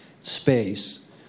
space